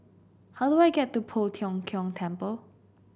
how do I get to Poh Tiong Kiong Temple